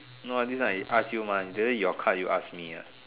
no this one I ask you mah just now your card you ask me ah